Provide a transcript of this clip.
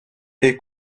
est